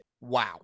Wow